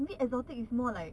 maybe exotic is more like